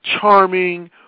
charming